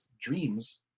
dreams